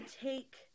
take